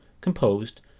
composed